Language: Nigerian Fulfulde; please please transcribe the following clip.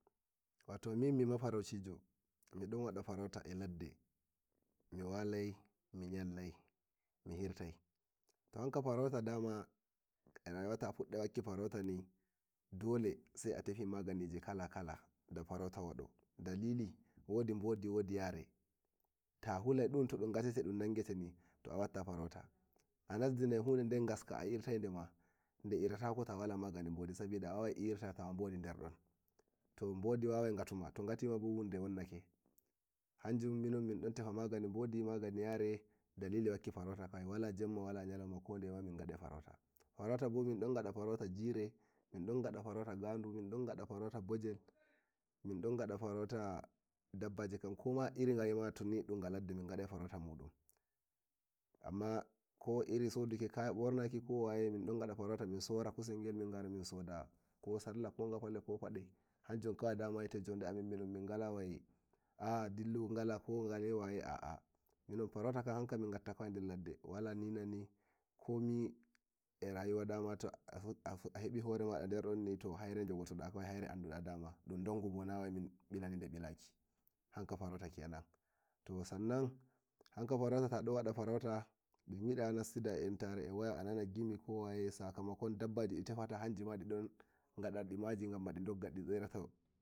Wato min mi mifarcijo miɗon wada farauta eh ladde mi walai mi layallai mi hiraimto hanke farauta daman eh rayuwa ta fuddi farautani dole sai a tefi magani kala kala dalili wodi bodi wod yare ta hulai dun dun gateteni to wala farauta a nazinai dun der gaske ta irtai dun irtatakoni sabi da awawai tawa bodi ederdon to bodi walsai gatuma to gatima bo hude wonnake to hanjum minun min dun tefa magani bodi magani yare dalili wakki farauta kaai wala yenma wala yaloma kodeye min gadai farauta farauta bo mindon gada farauta gire farauta gadu min dun gada farauta bojel mindom gada farauta dabbaka koma irin gaye toni ga ladde min don gada farauta mudun amma ko irin saduki kaya wataki min dun gada farauta kusel gel min shora min shoda ko sarla ko gafal hanjun dama wite jone amin min gale aa dillu waye aa minu farauta kan min gatta wala nina ni a rayuwa dama tayi horema a nonni ta haire jogotoda daman haire andu da dun dungu bo na min bilanika bilaki hanka farauta kenan to sannan hanka farauta dunyida nassida eh a nana gimi sakamakon dabba ji detefata hanjima didun gada dimaji ga di sterato a rayuwa maji.